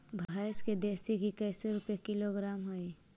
भैंस के देसी घी कैसे रूपये किलोग्राम हई?